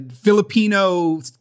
Filipino